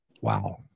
Wow